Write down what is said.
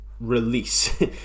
release